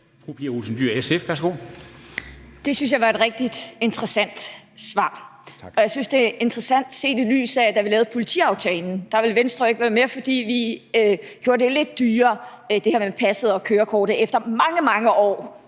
Det synes jeg var et rigtig interessant svar. Og jeg synes, det var interessant, set i lyset af at da vi lavede politiaftalen, ville Venstre ikke være med, fordi vi gjorde det lidt dyrere, altså det her med passet og kørekortet, efter mange, mange år,